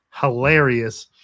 hilarious